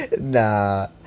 Nah